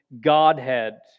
Godhead